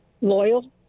Loyal